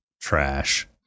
trash